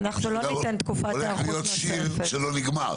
אנחנו לא ניתן תקופת היערכות נוספת.